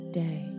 day